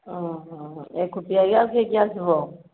ଓ ହୋ ଏକୁଟିଆ କି ଆଉ କିଏ କିଏ ଆସିବ